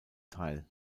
teil